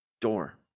door